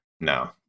No